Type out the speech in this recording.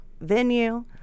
venue